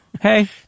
hey